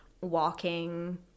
walking